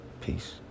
Peace